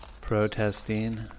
protesting